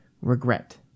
regret